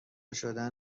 شدن